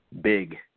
big